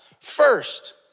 first